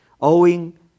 owing